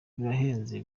birahenze